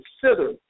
consider